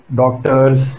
doctors